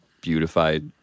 beautified